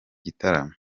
gitaramo